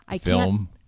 Film